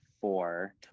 four